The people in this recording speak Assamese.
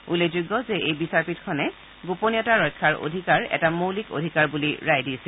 উল্লেখযোগ্য যে এই বিচাৰপীঠখনে গোপনীয়তা ৰক্ষাৰ অধিকাৰ এটা মৌলিক অধিকাৰ বুলি ৰায় দিছিল